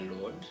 Lord